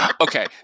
Okay